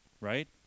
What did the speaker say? Right